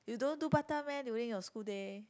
you don't do part time meh during your school day